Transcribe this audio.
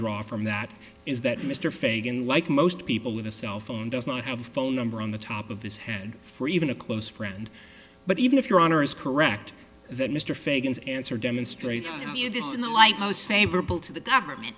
draw from that is that mr fagan like most people with a cell phone does not have a phone number on the top of his head for even a close friend but even if your honor is correct that mr figgins answer demonstrates this in the light most favorable to the government